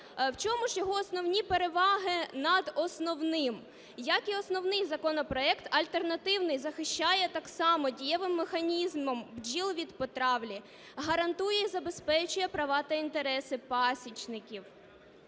В чому ж його основні переваги над основним? Як і основний законопроект, альтернативний захищає так само дієвим механізмом бджіл від потравлі, гарантує і забезпечує права та інтереси пасічників.